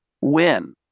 win